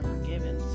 forgiven